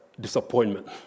disappointment